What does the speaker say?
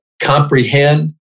comprehend